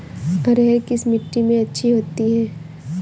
अरहर किस मिट्टी में अच्छी होती है?